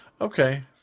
Okay